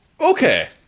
okay